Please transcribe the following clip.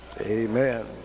Amen